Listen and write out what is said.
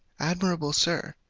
amiable sir,